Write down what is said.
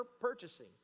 purchasing